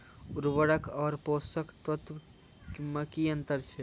उर्वरक आर पोसक तत्व मे की अन्तर छै?